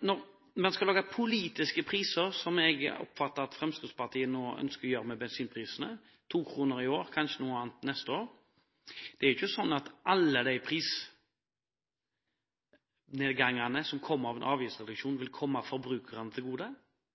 Når man skal lage politiske priser, som jeg oppfatter at Fremskrittspartiet nå ønsker å gjøre med bensinprisene – to kroner i år, kanskje noe annet neste år – er det ikke sånn at alle prisnedgangene som kommer ved en avgiftsreduksjon, vil komme forbrukerne til gode.